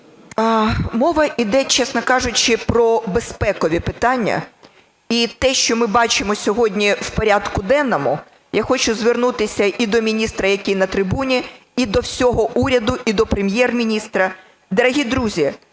Мова йде, чесно кажучи, про безпекові питання. І те, що ми бачимо сьогодні в порядку денному, я хочу звернутися і до міністра, який на трибуні, і до всього уряду, і до Прем'єр-міністра. Дорогі друзі,